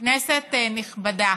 כנסת נכבדה,